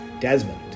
Desmond